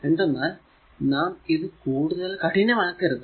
എന്തെന്നാൽ നാം ഇത് കൂടുതൽ കഠിനം ആക്കരുത്